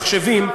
מחשבים,